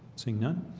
seeing none